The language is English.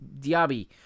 Diaby